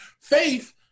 faith